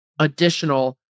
additional